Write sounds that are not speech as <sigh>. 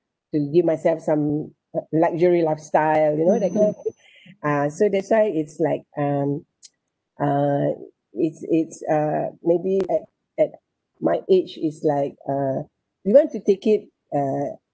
to give myself some uh luxury lifestyle you know that kind of <breath> ah so that's why it's like um <noise> uh it's it's uh maybe at at my age is like uh you want to take it uh